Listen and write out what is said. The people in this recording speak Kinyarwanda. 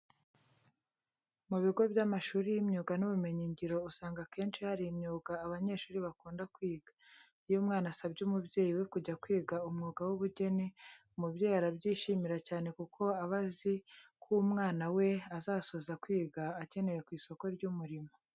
Mu bigo by'amashuri y'imyuga n'ubumenyingiro usanga akenshi hari imyuga abanyeshuri bakunda kwiga. Iyo umwana asabye umubyeyi we kujya kwiga umwuga w'ubugeni, umubyeyi arabyishimira cyane kuko aba azi ko umwana we azasoza kwiga akenewe ku isoko ry'umurimo.